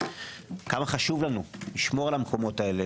כמה חשוב לנו לשמור על המקומות האלה.